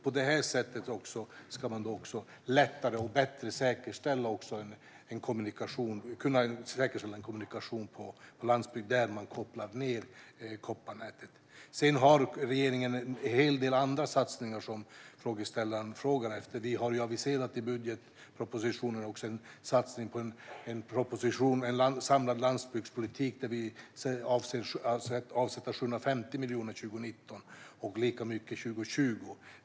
På det sättet ska man på ett lättare och bättre sätt kunna säkerställa kommunikationen på landsbygden, där kopparnätet kopplas ned. Regeringen har en hel del andra satsningar på gång, som frågeställaren frågar efter. I budgetpropositionen har vi aviserat en proposition om en samlad landsbygdspolitik. Vi avser att avsätta 750 miljoner för det 2019 och lika mycket 2020.